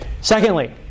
Secondly